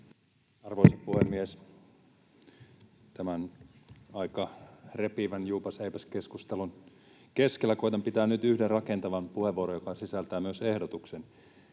Arvoisa puhemies! Tämän aika repivän juupas—eipäs-keskustelun keskellä koetan pitää nyt yhden rakentavan puheenvuoron, joka sisältää myös ehdotuksen.